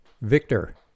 Victor